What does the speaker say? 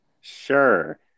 sure